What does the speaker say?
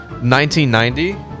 1990